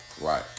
Right